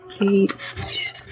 Eight